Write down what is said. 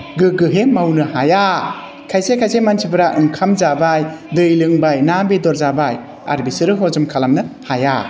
गोग्गोहै मावनो हाया खायसे खायसे मानसिफोरा ओंखाम जाबाय दै लोंबाय ना बेदर जाबाय आरो बिसोरो हजम खालामनो हाया